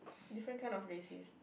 different kind of racist